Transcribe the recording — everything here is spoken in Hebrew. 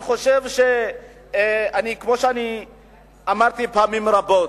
כמו שאמרתי פעמים רבות,